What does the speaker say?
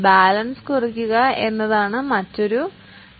balance കുറയ്ക്കുക എന്നതാണ് മറ്റൊരു നേട്ടം